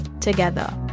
together